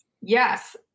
Yes